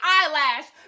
Eyelash